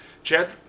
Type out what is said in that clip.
Chad